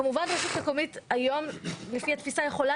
כמובן רשות מקומית היום לפי התפיסה יכולה